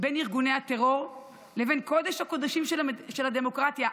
בין ארגוני הטרור לבין קודש-הקודשים של הדמוקרטיה,